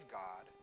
god